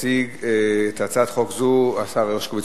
יציג את הצעת חוק זו השר דניאל הרשקוביץ.